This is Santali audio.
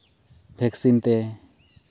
ᱵᱷᱮᱠᱥᱤᱱ ᱛᱮ